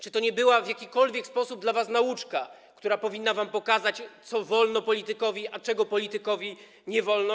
Czy to nie była w jakikolwiek sposób dla was nauczka, która powinna wam pokazać, co wolno politykowi, a czego politykowi nie wolno?